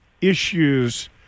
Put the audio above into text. issues